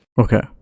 Okay